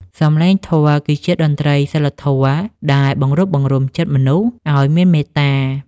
សំឡេងធម៌គឺជាតន្ត្រីនៃសីលធម៌ដែលបង្រួបបង្រួមចិត្តមនុស្សឱ្យមានមេត្តា។